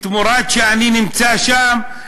תמורת זה שאני נמצא שם,